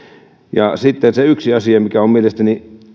sitten se yksi asia mikä on mielestäni